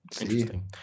Interesting